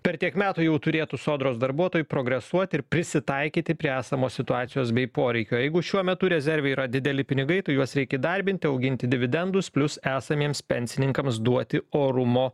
per tiek metų jau turėtų sodro darbuotojai progresuoti ir prisitaikyti prie esamos situacijos bei poreikių jeigu šiuo metu rezerve yra dideli pinigai tai juos reik įdarbinti auginti dividendus plius esamiems pensininkams duoti orumo